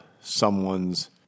someone's